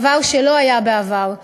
דבר שלא היה בעבר.